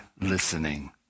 listening